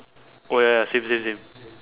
oh ya ya same same same